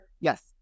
Yes